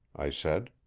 i said.